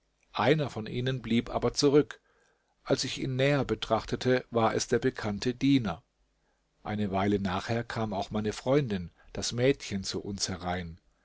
einer von ihnen blieb aber zurück als ich ihn näher betrachtete war es der bekannte diener eine weile nachher kam auch meine freundin das mädchen zu uns herein